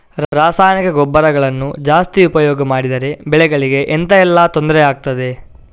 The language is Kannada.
ರಾಸಾಯನಿಕ ಗೊಬ್ಬರಗಳನ್ನು ಜಾಸ್ತಿ ಉಪಯೋಗ ಮಾಡಿದರೆ ಬೆಳೆಗಳಿಗೆ ಎಂತ ಎಲ್ಲಾ ತೊಂದ್ರೆ ಆಗ್ತದೆ?